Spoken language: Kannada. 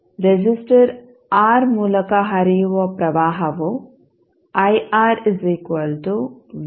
ರೆಸಿಸ್ಟರ್ ಆರ್ ಮೂಲಕ ಹರಿಯುವ ಪ್ರವಾಹವು ಆಗಿದೆ